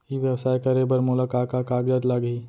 ई व्यवसाय करे बर मोला का का कागजात लागही?